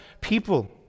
people